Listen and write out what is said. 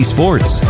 Sports